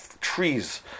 trees